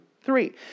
three